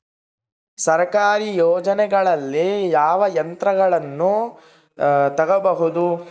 ಸರ್ಕಾರಿ ಯೋಜನೆಗಳಲ್ಲಿ ಯಾವ ಯಂತ್ರಗಳನ್ನ ತಗಬಹುದು?